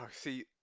see